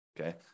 Okay